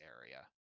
area